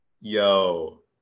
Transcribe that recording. yo